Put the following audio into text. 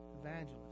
evangelist